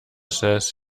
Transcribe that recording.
says